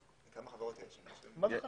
כמה חברות יש --- מה זה חשוב?